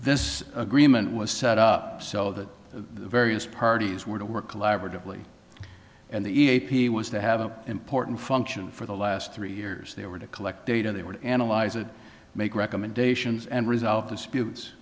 this agreement was set up so that the various parties were to work collaboratively and the e a p was to have an important function for the last three years they were to collect data they would analyze it make recommendations and resolve disputes